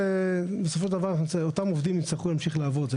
בסופו של דבר אותם עובדים יצטרכו להמשיך לעבוד.